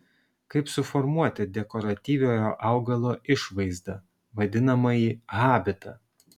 kaip suformuoti dekoratyviojo augalo išvaizdą vadinamąjį habitą